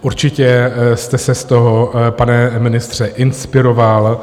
Určitě jste se z toho, pane ministře, inspiroval.